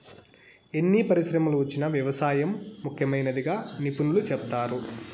ఎన్ని పరిశ్రమలు వచ్చినా వ్యవసాయం ముఖ్యమైనదిగా నిపుణులు సెప్తారు